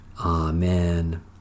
Amen